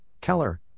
Keller